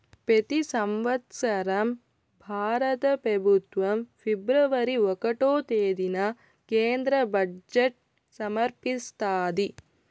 పెతి సంవత్సరం భారత పెబుత్వం ఫిబ్రవరి ఒకటో తేదీన కేంద్ర బడ్జెట్ సమర్పిస్తాది